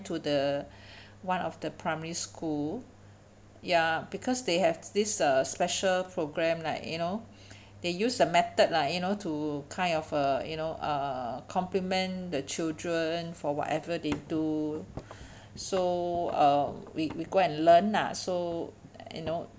to the one of the primary school ya because they have this uh special program like you know they use a method lah you know to kind of uh you know uh compliment the children for whatever they do so uh we we go and learn lah so you know